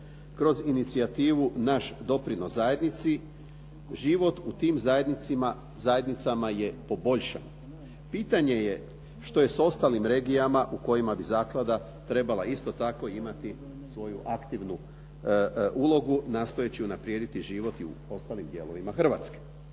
kroz inicijativu "Naš doprinos zajednici" život u tim zajednicama je poboljšan. Pitanje je što je s ostalim regijama u kojima bi zaklada trebala isto tako imati svoju aktivnu ulogu nastojeći unaprijediti život i u ostalim dijelovima Hrvatske.